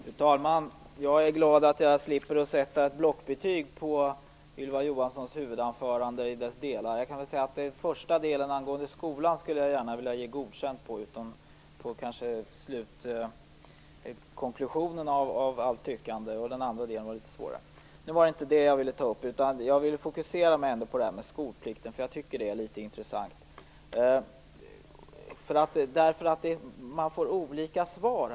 Fru talman! Jag är glad att jag slipper att sätta ett blockbetyg på Ylva Johanssons huvudanförande i dess olika delar. Jag kan väl ändå säga att jag gärna skulle vilja ge godkänt för den första delen angående skolan utom för konklusionen av allt tyckandet och att den andra delen var litet svårare. Men det var inte detta jag ville ta upp. Jag vill fokusera på skolplikten - jag tycker att det är intressant, eftersom man här får olika svar.